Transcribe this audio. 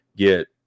get